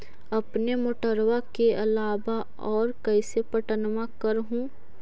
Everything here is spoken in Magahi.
अपने मोटरबा के अलाबा और कैसे पट्टनमा कर हू?